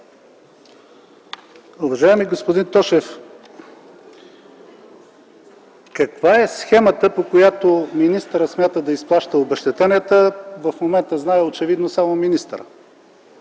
Уважаеми господин Тошев, каква е схемата, по която министърът смята да изплаща обезщетенията, в момента знае очевидно само министърът,